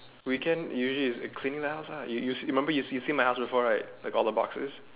weekend usually is cleaning the house ah you see remember you see my house before right like with all the boxes